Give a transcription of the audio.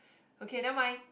okay never mind